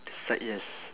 the side yes